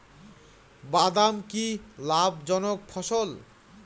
বাদাম কি লাভ জনক ফসল?